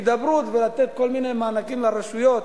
הידברות, ולתת כל מיני מענקים לרשויות,